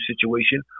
situation